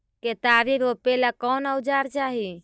केतारी रोपेला कौन औजर चाही?